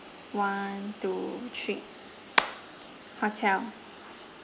one two three hotel